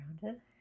grounded